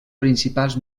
principals